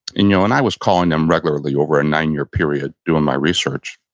and you know, and i was calling them regularly over a nine year period doing my research.